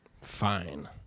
fine